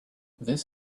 this